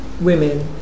women